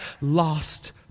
lost